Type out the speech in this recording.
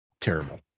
terrible